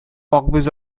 акбүз